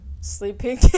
Sleeping